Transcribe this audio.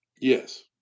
Yes